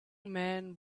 man